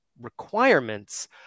requirements